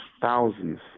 thousands